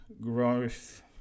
growth